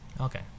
Okay